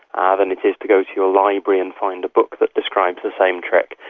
ah than it is to go to your library and find a book that describes the same trick.